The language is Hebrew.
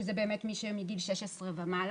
שזה באמת מגיל 16 ומעלה.